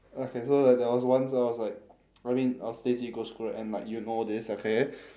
okay so like there was once I was like I mean I was lazy to go school right and like you know this okay